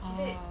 orh